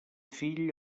fill